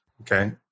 okay